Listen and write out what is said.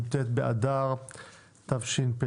כ' באדר התשפ"ב,